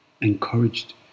Encouraged